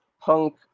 Punk